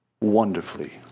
wonderfully